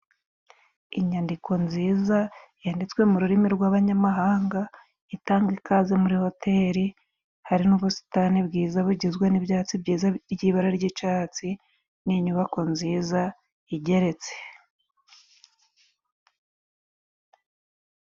Inyandiko nziza yanditswe mu rurimi rw'abanyamahanga itanga ikaze muri hoteli hari n'ubusitani bwiza bugizwe n'ibyatsi byiza by'ibara ry'icatsi n'inyubako nziza igeretse.